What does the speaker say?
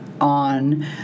on